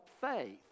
faith